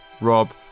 rob